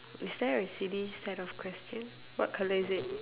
is there a silly set of question what colour is it